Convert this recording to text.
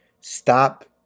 stop